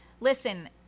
listen